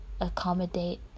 accommodate